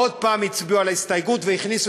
עוד פעם הצביעו על ההסתייגות והכניסו